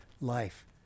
life